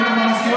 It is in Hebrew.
אני לא יודע,